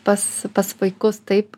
pas pas vaikus taip